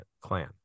clan